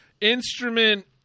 instrument